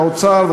והאוצר,